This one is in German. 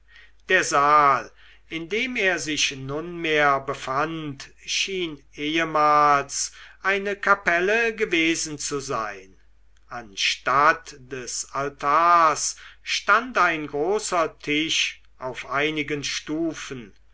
der saal in dem er sich nunmehr befand schien ehemals eine kapelle gewesen zu sein anstatt des altars stand ein großer tisch auf einigen stufen